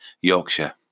Yorkshire